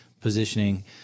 positioning